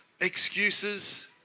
excuses